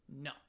no